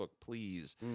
please